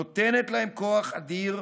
נותנת להם כוח אדיר,